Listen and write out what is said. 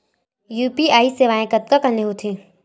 UPI सेवाएं कतका कान ले हो थे?